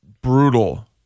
brutal